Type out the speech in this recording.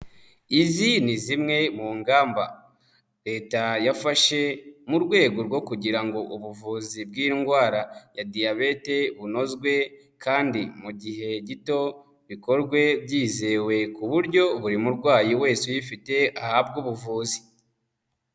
Izi ni zimwe mu ngamba Leta yafashe mu rwego rwo kugira ngo ubuvuzi bw'indwara ya diyabete bunozwe, kandi mu gihe gito, bikorwe byizewe ku buryo buri murwayi wese uyifite ahabwa ubuvuzi.